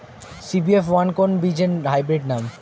CBF one কোন বীজের hybrid নাম?